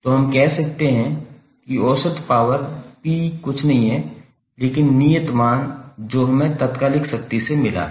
तो हम कह सकते हैं कि औसत पावर P कुछ नहीं है लेकिन स्थिर मान जो हमें तात्कालिक शक्ति से मिला है